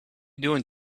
doing